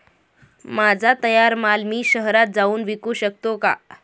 माझा तयार माल मी शहरात जाऊन विकू शकतो का?